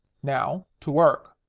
now, to work.